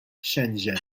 shenzhen